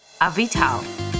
Avital